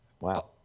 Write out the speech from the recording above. Wow